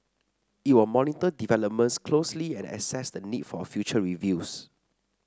it will monitor developments closely and assess the need for a future reviews